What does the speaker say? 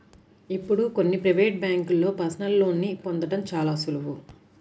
ఇప్పుడు కొన్ని ప్రవేటు బ్యేంకుల్లో పర్సనల్ లోన్ని పొందడం చాలా సులువు